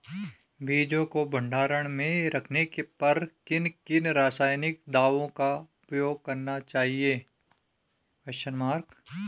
बीजों को भंडारण में रखने पर किन किन रासायनिक दावों का उपयोग करना चाहिए?